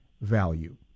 value